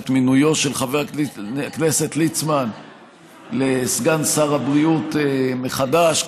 את מינויו של חבר הכנסת ליצמן לסגן שר הבריאות מחדש,